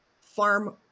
farm